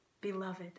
Beloved